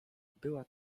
była